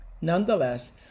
Nonetheless